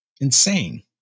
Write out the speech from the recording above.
insane